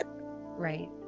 Right